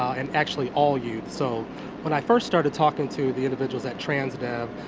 and actually, all youth. so when i first started talking to the individuals at transdev,